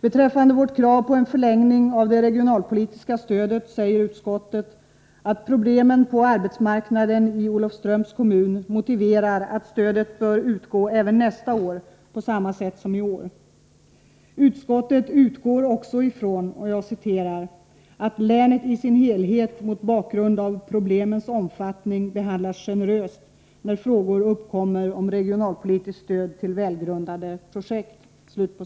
Beträffande vårt krav på en förlängning av det regionalpolitiska stödet säger utskottet att problemen på arbetsmarknaden i Olofströms kommun motiverar att stödet bör utgå även nästa år på samma sätt som i år. Utskottet utgår också från att ”länet i sin helhet mot bakgrund av problemens omfattning behandlats generöst när frågor uppkommer om regionalpolitiskt stöd till välgrundade projekt”.